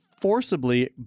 forcibly